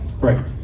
Right